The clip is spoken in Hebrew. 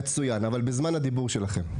מצוין, אבל בזמן הדיבור שלכם.